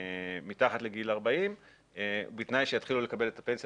מתחת לגיל 40 ובתנאי שיתחילו לקבל את הפנסיה